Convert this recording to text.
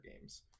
games